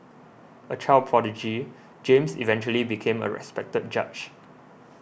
a child prodigy James eventually became a respected judge